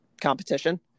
competition